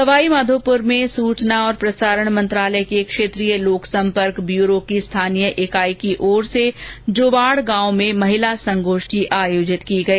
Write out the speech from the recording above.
सवाईमाधोपुर में सूचना और प्रसारण मंत्रालय के क्षेत्रीय लोक संपर्क ब्यूरो की स्थानीय इकाई की ओर से जुवाड़ गांव में महिला संगोष्ठी आयोजित की गई